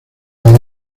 aire